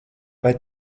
vai